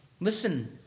Listen